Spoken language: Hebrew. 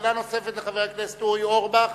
שאלה נוספת לחבר הכנסת אורי אורבך,